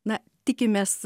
na tikimės